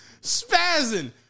Spazzing